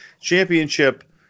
championship